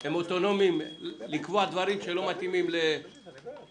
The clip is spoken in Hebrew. הם אוטונומיים לקבוע דברים שלא מתאימים --- אז